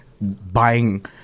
buying